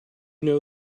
know